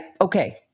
Okay